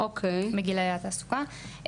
בגילאי התעסוקה.